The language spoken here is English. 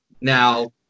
Now